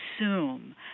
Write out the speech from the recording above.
assume